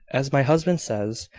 as my husband says,